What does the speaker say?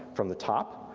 from the top,